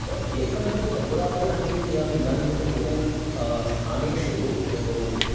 एकं तु सर्वदापि अहं चिन्तयामि इदानिं तु बहुस्थानेषु